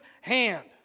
hand